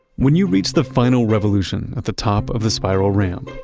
when you reach the final revolution at the top of the spiral ramp,